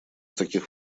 таких